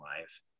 life